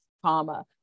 trauma